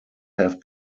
have